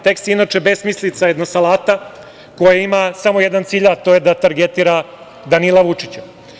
Tekst je inače besmislica, jedna salata, koja ima samo jedan cilj, a to je da targetira Danila Vučića.